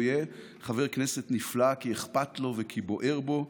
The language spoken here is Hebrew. הוא יהיה חבר כנסת נפלא, כי אכפת לו וכי בוער בו,